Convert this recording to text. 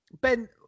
Ben